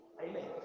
Amen